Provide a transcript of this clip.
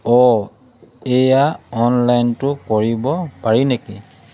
অ' এইয়া অনলাইনতো কৰিব পাৰি নেকি